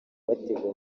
bateganya